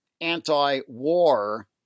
anti-war